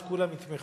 אז כולם יתמכו.